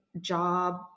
job